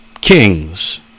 kings